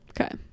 Okay